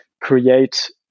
create